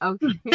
Okay